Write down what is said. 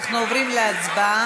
אנחנו עוברים להצבעה.